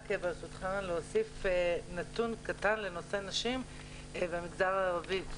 ברשותך, אוסיף נתון קטן לנושא נשים במגזר הערבי.